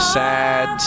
sad